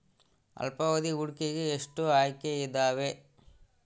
ಅಲ್ಪಾವಧಿ ಹೂಡಿಕೆಗೆ ಎಷ್ಟು ಆಯ್ಕೆ ಇದಾವೇ?